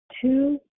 Two